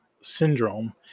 syndrome